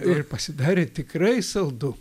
ir pasidarė tikrai saldu